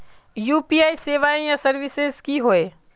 UPI सेवाएँ या services की होय?